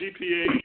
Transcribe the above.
GPA